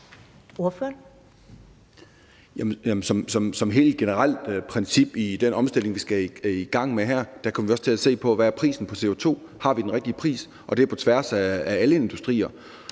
Som et helt generelt princip i den omstilling, vi skal i gang med her, kommer vi også til at se på, hvad prisen er på CO2 – har vi den rigtige pris? – og det er på tværs af alle industrier.